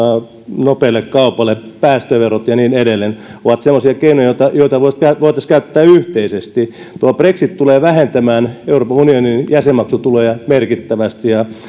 nopeille kaupoille päästöverot ja niin edelleen ovat semmoisia keinoja joita voitaisiin käyttää yhteisesti brexit tulee vähentämään euroopan unionin jäsenmaksutuloja merkittävästi